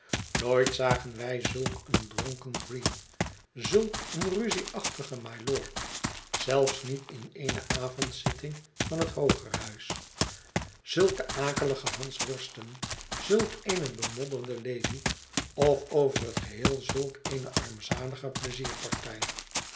nooit zagen wij zulk een dronken green zulk een ruzieachtigen mylord zelfs niet in eene avondzitting van het hoogerhuis zulke akelige hansworsten zulk eenebemodderde lady of over het geheel zulk eene armzalige